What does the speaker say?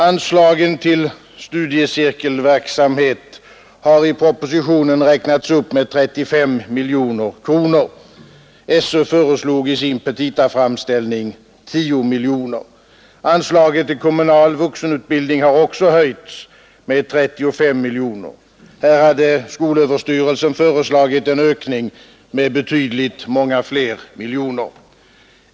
Anslagen till studiecirkelverksamhet har i propositionen räknats upp med 35 miljoner kronor. SÖ föreslog i sin petitaframställning 10 miljoner kronor. Anslaget till kommunal vuxenutbildning har också höjts med 35 miljoner kronor. Här hade SÖ föreslagit en ökning med ytterligare många fler miljoner.